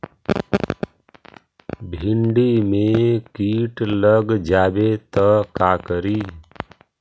भिन्डी मे किट लग जाबे त का करि?